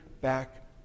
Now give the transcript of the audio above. back